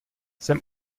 jsem